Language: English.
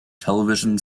television